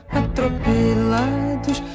atropelados